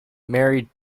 married